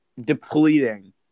depleting